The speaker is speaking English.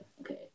okay